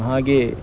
ಹಾಗೆಯೇ